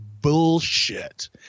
Bullshit